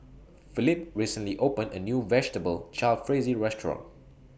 Felipe recently opened A New Vegetable Jalfrezi Restaurant